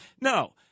No